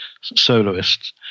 soloists